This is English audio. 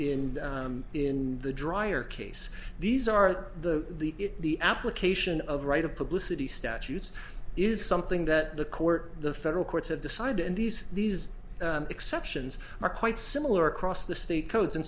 skin in the dryer case these are the the the application of right of publicity statutes is something that the court the federal courts have decided and these these exceptions are quite similar across the state codes and